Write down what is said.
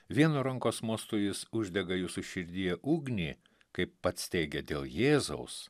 vienu rankos mostu jis uždega jūsų širdyje ugnį kaip pats teigia dėl jėzaus